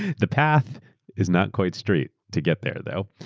the path is not quite straight to get there, though.